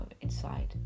inside